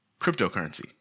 cryptocurrency